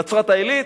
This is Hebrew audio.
מנצרת-עילית.